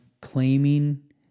claiming